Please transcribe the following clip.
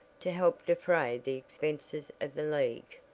to help defray the expenses of the league.